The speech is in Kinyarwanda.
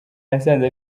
nasanze